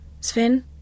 Sven